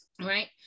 right